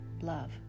love